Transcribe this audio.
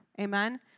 Amen